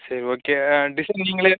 சரி okay design நீங்கள்